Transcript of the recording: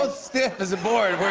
ah stiff as a board.